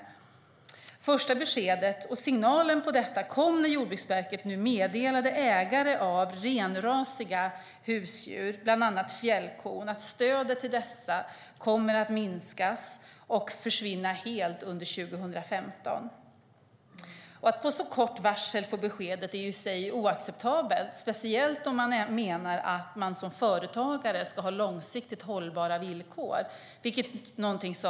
Det första beskedet och signalen om detta kom när Jordbruksverket meddelade ägare av renrasiga husdjur, bland annat fjällkon, att stödet till dessa kommer att minskas och försvinna helt under 2015. Att med så kort varsel få beskedet är ju i sig oacceptabelt, speciellt om man anser att man som företagare ska ha långsiktigt hållbara villkor.